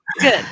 Good